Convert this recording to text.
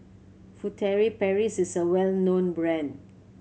Furtere Paris is a well known brand